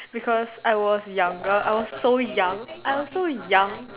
because I was younger I was so young I was so young